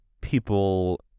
people